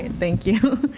and thank you.